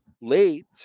late